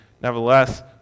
Nevertheless